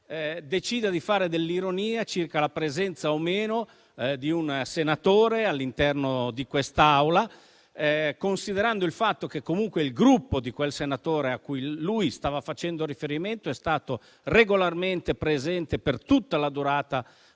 decida di fare dell'ironia circa la presenza o meno di un senatore all'interno di quest'Aula, considerando il fatto che comunque il Gruppo del senatore cui lui stava facendo riferimento è stato regolarmente presente per tutta la durata